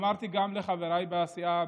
אמרתי גם לחבריי בסיעה,